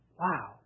wow